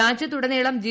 രാജ്യത്തുടനീളം ജി